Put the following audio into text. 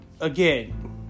again